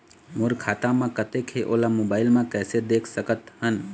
मोर खाता म कतेक हे ओला मोबाइल म कइसे देख सकत हन?